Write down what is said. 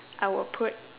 I would put